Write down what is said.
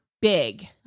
big